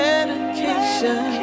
Medication